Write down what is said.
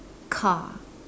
car